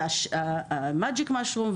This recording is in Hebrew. MAGIC MUSHROOM,